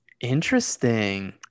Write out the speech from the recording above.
Interesting